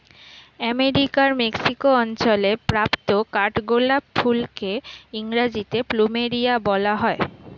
আমেরিকার মেক্সিকো অঞ্চলে প্রাপ্ত কাঠগোলাপ ফুলকে ইংরেজিতে প্লুমেরিয়া বলা হয়